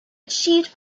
achieved